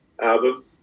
album